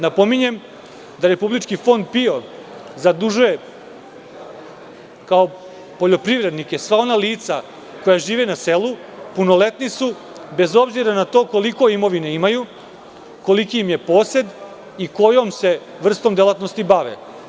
Napominjem da Fond PIO zadužuje kao poljoprivrednike sva ona lica koja žive na selu, punoletni su, bez obzira na to koliko imovine imaju, koliki im je posed i kojom se vrstom delatnosti bave.